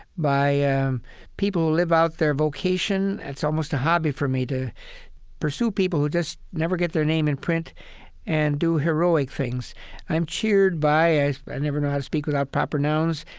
by ah um people who live out their vocation. it's almost a hobby for me to pursue people who just never get their name in print and do heroic things i'm cheered by ah i never know how to speak without proper nouns.